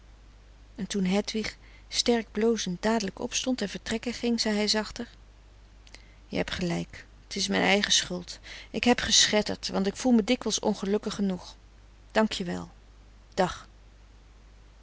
en toen hedwig sterk blozend dadelijk opstond en vertrekken ging zei hij zachter je heb gelijk t is mijn eigen schuld ik heb geschetterd want ik voel me dikwijls ongelukkig genoeg dankje wel dag